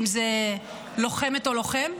אם זה לוחמת או לוחם?